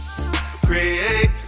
Create